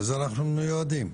לזה אנחנו מיועדים.